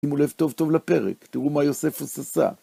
שימו לב טוב-טוב לפרק, תראו מה יוספוס עשה.